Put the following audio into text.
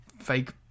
fake